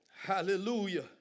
hallelujah